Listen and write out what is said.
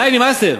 די, נמאסתם.